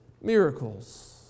miracles